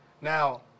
Now